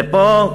ופה?